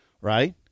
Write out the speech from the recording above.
Right